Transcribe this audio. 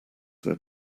their